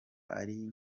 ari